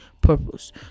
purpose